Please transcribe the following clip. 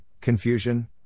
confusion